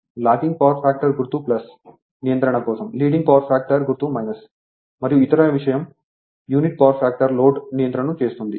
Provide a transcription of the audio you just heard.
logging power factor గుర్తు " నియంత్రణ కోసం లీడింగ్ పవర్ ఫ్యాక్టర్ గుర్తు '' మరియు ఇతర విషయం యూనిటీ పవర్ ఫ్యాక్టర్ లోడ్ నియంత్రణను చేస్తుంది